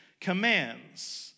commands